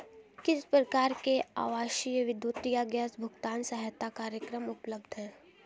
किस प्रकार के आवासीय विद्युत या गैस भुगतान सहायता कार्यक्रम उपलब्ध हैं?